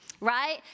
right